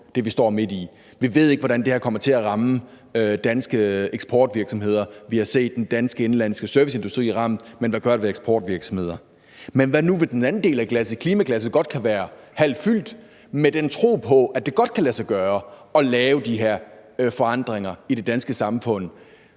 hvad vi står midt i. Vi ved ikke, hvordan det her kommer til at ramme danske eksportvirksomheder. Vi har set de danske indenlandske serviceindustrier ramt, men hvad gør det ved eksportvirksomheder? Men hvad nu, hvis det andet glas, klimaglasset, godt kan være halvt fyldt med den tro på, at det godt kan lade sig gøre at lave de her forandringer i det danske samfund,